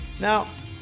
Now